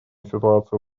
ситуацию